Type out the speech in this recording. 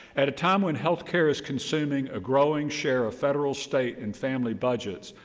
at a time when health care is considering a growing share of federal, state and family budgets,